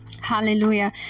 Hallelujah